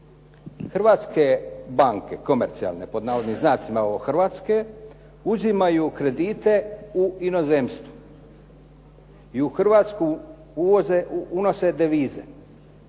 "Hrvatske" banke, komercijalne, pod navodnim znacima ovo "Hrvatske", uzimaju kredite u inozemstvu i u Hrvatsku unose devize.